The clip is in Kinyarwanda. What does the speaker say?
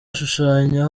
ashushanya